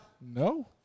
No